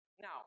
Now